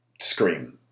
scream